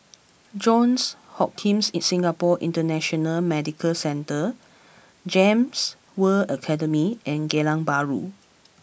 Johns Hopkins Singapore International Medical Centre Gems World Academy and Geylang Bahru